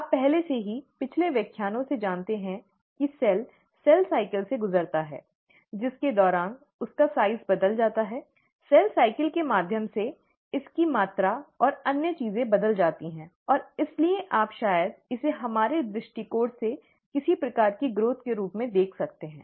आप पहले से ही पिछले व्याख्यानों से जानते हैं कि सेल कोशिका चक्र से गुजरता है जिसके दौरान उसका आकार बदल जाता है कोशिका चक्र के माध्यम से इसकी मात्रा और अन्य चीजें बदल जाती हैं और इसलिए आप शायद इसे हमारे दृष्टिकोण से किसी प्रकार की वृद्धि के रूप में देख सकते हैं